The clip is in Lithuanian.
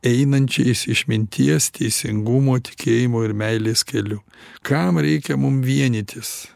einančiais išminties teisingumo tikėjimo ir meilės keliu kam reikia mum vienytis